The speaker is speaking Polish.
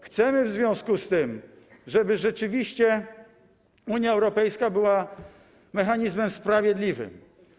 Chcemy w związku z tym, żeby rzeczywiście Unia Europejska była mechanizmem sprawiedliwym.